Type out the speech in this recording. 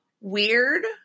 weird